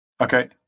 Okay